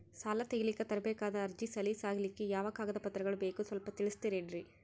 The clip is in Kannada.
ಸಾಲ ತೆಗಿಲಿಕ್ಕ ತರಬೇಕಾದ ಅರ್ಜಿ ಸಲೀಸ್ ಆಗ್ಲಿಕ್ಕಿ ಯಾವ ಕಾಗದ ಪತ್ರಗಳು ಬೇಕು ಸ್ವಲ್ಪ ತಿಳಿಸತಿರೆನ್ರಿ?